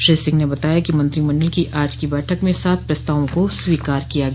श्री सिंह ने बताया कि मंत्रिमंडल की आज की बैठक में सात प्रस्तावों को स्वीकार किया गया